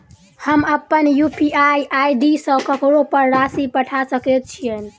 हम अप्पन UPI ID सँ ककरो पर राशि पठा सकैत छीयैन?